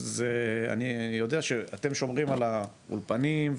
אני יודע שאתם שומרים על האולפנים,